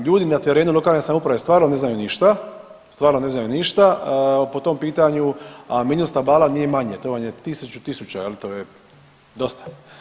Ljudi na terenu, lokalne samouprave stvarno ne znaju ništa, stvarno ne znaju ništa po tom pitanju, a milijun stabala nije manje to vam je tisuću tisuća jel to je dosta.